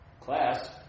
class